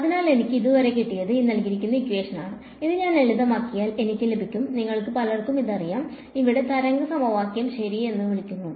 അതിനാൽ എനിക്ക് ഇതുവരെ കിട്ടിയത് ഞാൻ ലളിതമാക്കിയാൽ എനിക്ക് ലഭിക്കും നിങ്ങളിൽ പലർക്കും ഇത് അറിയാം ഇതിനെ തരംഗ സമവാക്യം ശരി എന്ന് വിളിക്കുന്നു